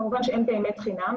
כמובן שאין באמת חינם,